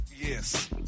Yes